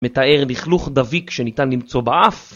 מתאר לכלוך דביק שניתן למצוא באף